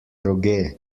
roge